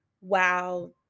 wow